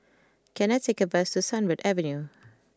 can I take a bus to Sunbird Avenue